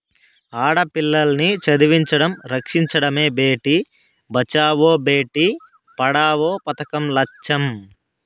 ఆడపిల్లల్ని చదివించడం, రక్షించడమే భేటీ బచావో బేటీ పడావో పదకం లచ్చెం